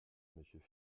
monsieur